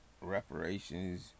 reparations